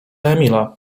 emila